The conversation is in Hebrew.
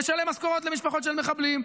לשלם משכורות למשפחות של מחבלים,